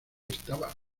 estaba